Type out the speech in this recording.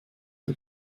der